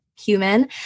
human